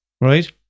Right